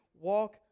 Walk